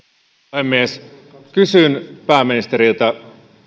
puhemies kysyn pääministeriltä